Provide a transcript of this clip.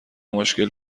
مشکل